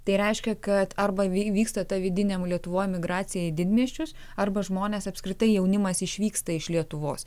tai reiškia kad arba vyksta ta vidiniam lietuvoje migracija į didmiesčius arba žmonės apskritai jaunimas išvyksta iš lietuvos